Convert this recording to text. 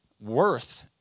worth